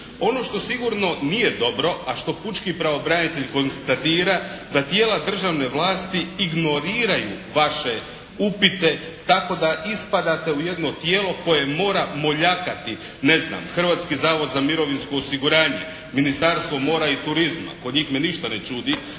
Ono što sigurno nije dobro, a što pučki pravobranitelj konstatira da tijela državne vlasti ignoriraju vaše upite tako da ispadate u jedno tijelo koje mora moljakati, ne znam, Hrvatski zavod za mirovinsko osiguranje, Ministarstvo mora i turizma. Kod njih me ništa ne čudi